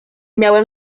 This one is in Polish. miałem